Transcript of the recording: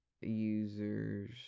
users